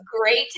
great